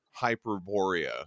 Hyperborea